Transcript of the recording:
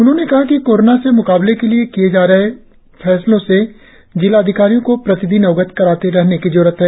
उन्होंने कहा कि कोरोना से मुकाबले के लिए किए जा रहे फैसलो से जिला अधिकारियों को प्रतिदिन अवगत कराते रहने की जरुरत है